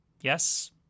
Yes